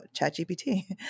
ChatGPT